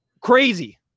Crazy